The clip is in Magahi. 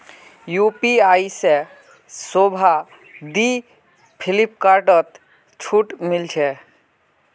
यू.पी.आई से शोभा दी फिलिपकार्टत छूट मिले छे